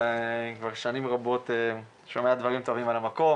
וכבר שנים רבות אני שומע דברים טובים על המקום.